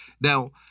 Now